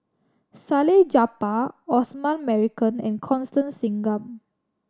Salleh Japar Osman Merican and Constance Singam